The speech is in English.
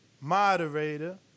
Moderator